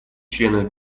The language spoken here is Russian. членов